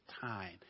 time